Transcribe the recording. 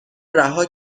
رها